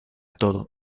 todo